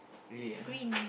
really ah